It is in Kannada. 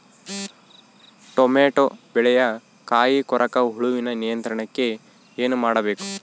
ಟೊಮೆಟೊ ಬೆಳೆಯ ಕಾಯಿ ಕೊರಕ ಹುಳುವಿನ ನಿಯಂತ್ರಣಕ್ಕೆ ಏನು ಮಾಡಬೇಕು?